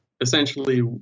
essentially